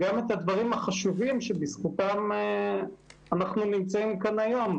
אני חושב שהכי טוב שאנחנו נפתח עם נציגת משרד התרבות,